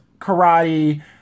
karate